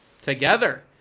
Together